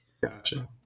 Gotcha